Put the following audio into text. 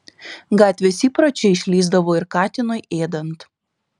gatvės įpročiai išlįsdavo ir katinui ėdant